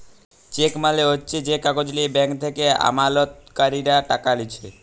check মালে হচ্যে যে কাগজ লিয়ে ব্যাঙ্ক থেক্যে আমালতকারীরা টাকা লিছে